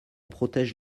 protège